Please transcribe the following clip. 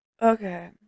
Okay